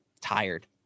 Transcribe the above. tired